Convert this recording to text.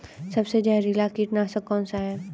सबसे जहरीला कीटनाशक कौन सा है?